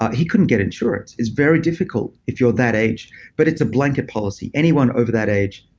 he couldn't get insurance. it's very difficult if you're that age but it's a blanket policy. anyone over that age,